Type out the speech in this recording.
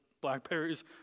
blackberries